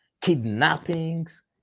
kidnappings